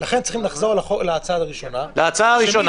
לכן צריך לחזור להצעה הראשונה --- שמי